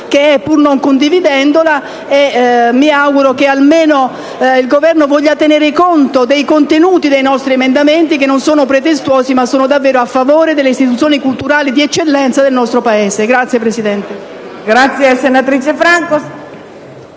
che è, pur non condividendola. Mi auguro che almeno il Governo voglia tenere conto dei contenuti dei nostri emendamenti, che non sono pretestuosi ma sono davvero a favore delle istituzioni culturali di eccellenza del nostro Paese.